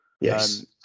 Yes